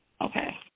Okay